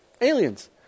aliens